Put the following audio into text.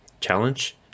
challenge